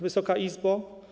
Wysoka Izbo!